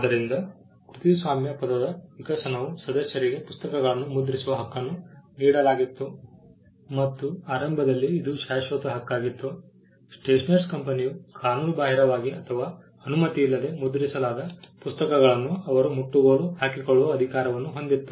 ಆದ್ದರಿಂದ ಕೃತಿಸ್ವಾಮ್ಯ ಪದದ ವಿಕಸನವು ಸದಸ್ಯರಿಗೆ ಪುಸ್ತಕಗಳನ್ನು ಮುದ್ರಿಸುವ ಹಕ್ಕನ್ನು ನೀಡಲಾಗಿತ್ತು ಮತ್ತು ಆರಂಭದಲ್ಲಿ ಇದು ಶಾಶ್ವತ ಹಕ್ಕಾಗಿತ್ತು ಸ್ಟೇಷನರ್ ಕಂಪನಿಯು ಕಾನೂನುಬಾಹಿರವಾಗಿ ಅಥವಾ ಅನುಮತಿ ಇಲ್ಲದೆ ಮುದ್ರಿಸಲಾದ ಪುಸ್ತಕಗಳನ್ನು ಅವರ ಮುಟ್ಟುಗೋಲು ಹಾಕಿಕೊಳ್ಳುವ ಅಧಿಕಾರವನ್ನು ಹೊಂದಿತ್ತು